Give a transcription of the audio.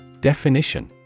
Definition